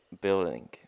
building